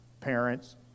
parents